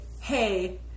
hey